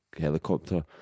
helicopter